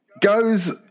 goes –